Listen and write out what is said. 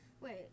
wait